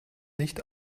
nicht